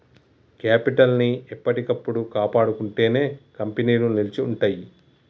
capital ని ఎప్పటికప్పుడు కాపాడుకుంటేనే కంపెనీలు నిలిచి ఉంటయ్యి